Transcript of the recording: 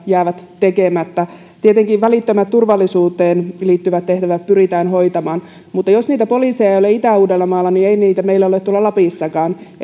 jäävät tekemättä tietenkin välittömät turvallisuuteen liittyvät tehtävät pyritään hoitamaan mutta jos niitä poliiseja ei ole itä uudellamaalla niin ei niitä meillä ole tuolla lapissakaan